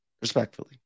respectfully